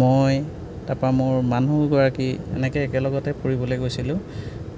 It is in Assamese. মই তাৰ পৰা মোৰ মানুহ গৰাকী এনেকৈ একেলগতে ফুৰিবলৈ গৈছিলোঁ